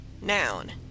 Noun